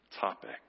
topic